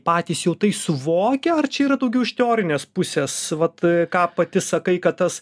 patys jau tai suvokia ar čia yra daugiau iš teorinės pusės vat ką pati sakai kad tas